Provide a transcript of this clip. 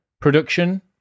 production